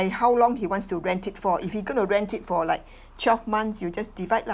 and how long he wants to rent it for if he gonna rent it for like twelve months you just divide lah